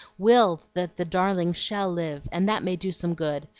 will that the darling shall live, and that may do some good.